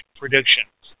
predictions